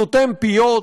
סותם פיות,